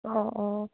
অঁ অঁ